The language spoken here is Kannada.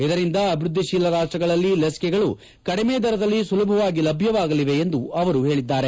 ಇದರಿಂದ ಅಭಿವೃದ್ಧಿತೀಲ ರಾಷ್ಷಗಳಲ್ಲಿ ಲಸಿಕೆಗಳು ಕಡಿಮೆ ದರದಲ್ಲಿ ಸುಲಭವಾಗಿ ಲಭ್ಯವಾಗಲಿದೆ ಎಂದು ಅವರುಹೇಳಿದ್ದಾರೆ